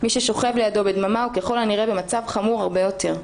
מי ששוכב לידו בדממה הוא ככל הנראה במצב חמור הרבה יותר.